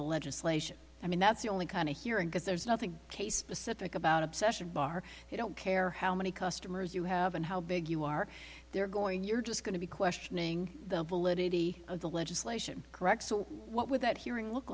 the legislation i mean that's the only kind of hearing because there's nothing case specific about obsession bar you don't care how many customers you have and how big you are they're going you're just going to be questioning the validity of the legislation correct so what with that hearing look